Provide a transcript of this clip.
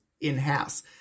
in-house